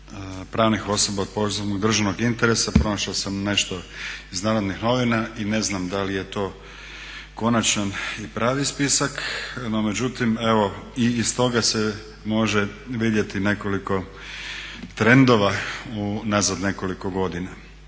pravnih osoba od posebnog državnog interesa, pronašao sam nešto iz Narodnih novina i ne znam da li je to konačan i pravi spisak. No međutim evo i iz toga se može vidjeti nekoliko trendova unazad nekoliko godina.